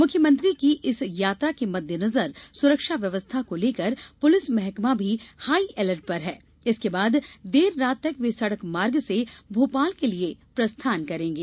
मुख्यमंत्री की इस यात्रा के मद्देनजर सुरक्षा व्यवस्था को लेकर पुलिस महकमा भी हाई अलर्ट पर है इसके बाद देर रात तक वे सड़क मार्ग से भोपाल के लिए प्रस्थान करेंगे